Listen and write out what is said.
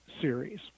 series